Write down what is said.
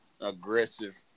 aggressive